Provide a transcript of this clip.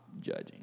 judging